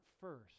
first